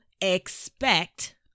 expect